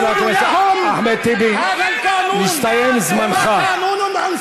( יתנשא בגאון,